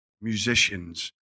musicians